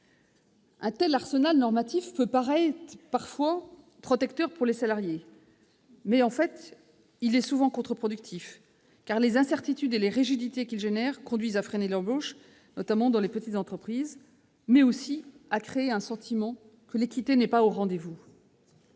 un tel arsenal normatif peut paraître protecteur pour les salariés, il est en fait souvent contre-productif, car les incertitudes et les rigidités qu'il génère conduisent non seulement à freiner l'embauche, notamment dans les petites entreprises, mais aussi à donner le sentiment que l'équité n'est pas au rendez-vous.